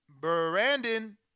Brandon